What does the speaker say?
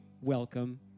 welcome